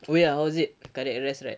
oh ya how was it cardiac arrest right